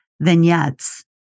vignettes